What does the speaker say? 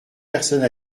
personne